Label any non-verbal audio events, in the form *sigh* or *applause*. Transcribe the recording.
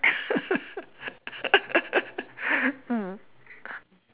*laughs* mm